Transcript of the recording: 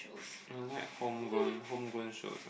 I like homegrown homegrown shows ah